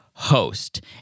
Host